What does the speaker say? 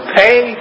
pay